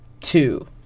two